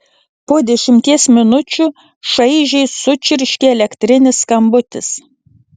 po dešimties minučių šaižiai sučirškė elektrinis skambutis